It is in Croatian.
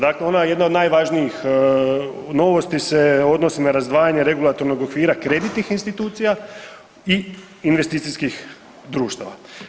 Dakle, ona je jedna od najvažnijih novosti se odnosi na razdvajanje regulatornog okvira kreditnih institucija i investicijskih društava.